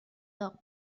داغ